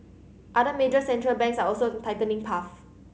other major Central Banks are also tightening path